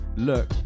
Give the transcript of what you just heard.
Look